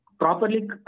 Properly